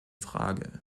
frage